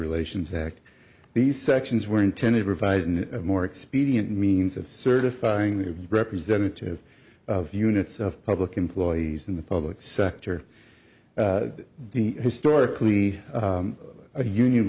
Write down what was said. relations act these sections were intended revised and more expedient means of certifying the representative of units of public employees in the public sector historically a union